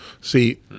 See